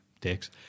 dicks